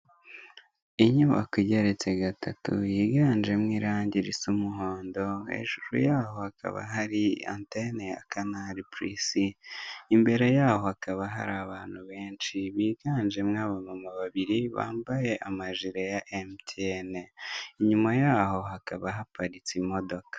Aba ni abantu batatu, umwe muri bo asa nk'ukuze, ni umudamu wishimye afite umwana mu ntoki, hari undi uryamye wambaye ibintu by'umweru bisa nk'aho ari kwa muganga, hamwe n'ubwishingizi bwo kwivuza ku giti cyawe n'abagize umuryango ikizere cy'ejo hazaza, ibyishimo by'umuryango, ni amagambo yanditse ku cyapa cyamamaza baherereyeho.